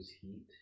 heat